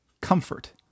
comfort